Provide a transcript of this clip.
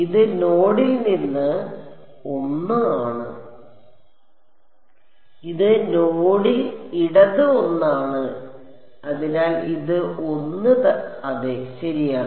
ഇടത് നോഡിൽ ഇടത് 1 ആണ് അതിനാൽ ഇത് 1 അതെ ശരിയാണ്